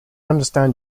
understand